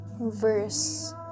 verse